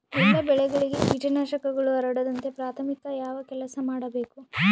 ಎಲ್ಲ ಬೆಳೆಗಳಿಗೆ ಕೇಟನಾಶಕಗಳು ಹರಡದಂತೆ ಪ್ರಾಥಮಿಕ ಯಾವ ಕೆಲಸ ಮಾಡಬೇಕು?